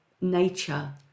nature